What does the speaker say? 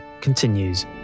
continues